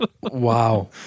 Wow